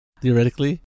theoretically